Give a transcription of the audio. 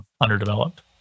underdeveloped